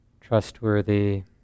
trustworthy